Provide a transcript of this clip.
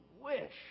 wish